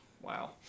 wow